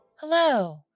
Hello